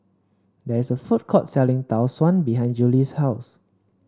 there is a food court selling Tau Suan behind Julie's house